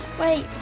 wait